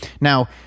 Now